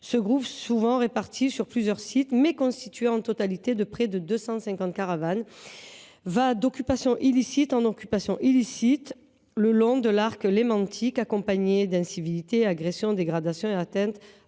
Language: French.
Ce groupe, souvent réparti sur plusieurs sites et constitué au total de près de 250 caravanes, va d’occupations illicites en occupations illicites le long de l’arc lémanique, leur parcours s’accompagnant d’incivilités, d’agressions, de dégradations et d’atteintes